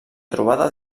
trobada